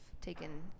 taken